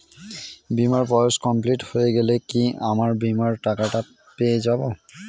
বীমার বয়স কমপ্লিট হয়ে গেলে কি আমার বীমার টাকা টা পেয়ে যাবো?